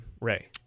Ray